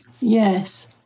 Yes